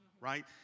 right